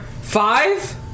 five